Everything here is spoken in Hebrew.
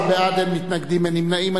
14 בעד, אין מתנגדים, אין נמנעים.